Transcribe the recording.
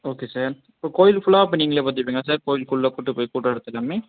okay sir இப்போ கோயில் ஃபுல்லாக அப்போ நீங்களே பார்த்துப்பிங்களா சார் கோயிலுக்கு உள்ளே கூட்டு போயி கூட்டு வரது எல்லாமே